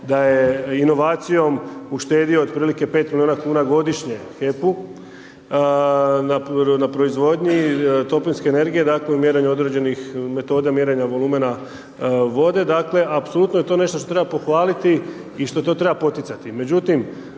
da je inovacijom uštedio otprilike 5 milijuna godišnje HEP-u na proizvodnji toplinske energije, dakle u mjerenju određenih metoda mjerenja volumena vode. Apsolutno je to nešto što treba pohvaliti i što to treba poticati.